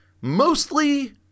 mostly